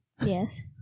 Yes